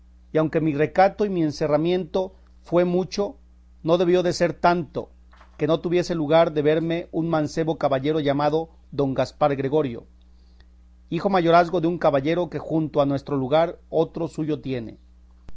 y aunque mi recato y mi encerramiento fue mucho no debió de ser tanto que no tuviese lugar de verme un mancebo caballero llamado don gaspar gregorio hijo mayorazgo de un caballero que junto a nuestro lugar otro suyo tiene